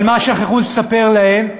אבל מה שכחו לספר להם?